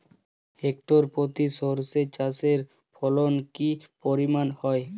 Hectare প্রতি সর্ষে চাষের ফলন কি পরিমাণ হয়?